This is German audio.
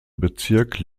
bezirk